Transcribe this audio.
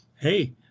Hey